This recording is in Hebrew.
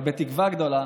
אבל בתקווה גדולה